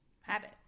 Habit